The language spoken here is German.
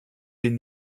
den